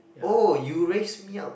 oh you raised me up